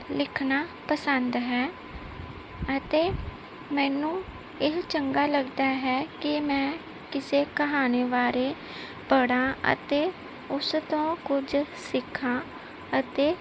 ਲਿਖਣਾ ਪਸੰਦ ਹੈ ਅਤੇ ਮੈਨੂੰ ਇਹ ਚੰਗਾ ਲੱਗਦਾ ਹੈ ਕਿ ਮੈਂ ਕਿਸੇ ਕਹਾਣੀ ਬਾਰੇ ਪੜ੍ਹਾਂ ਅਤੇ ਉਸ ਤੋਂ ਕੁਝ ਸਿੱਖਾਂ ਅਤੇ